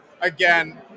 again